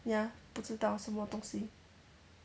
ya 不知道什么东西